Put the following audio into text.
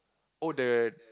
oh the